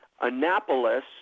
Annapolis